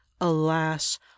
Alas